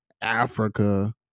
Africa